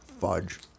Fudge